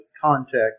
context